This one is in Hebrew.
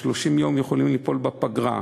ו-30 יום יכולים ליפול בפגרה,